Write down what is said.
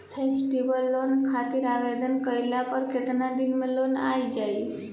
Festival loan खातिर आवेदन कईला पर केतना दिन मे लोन आ जाई?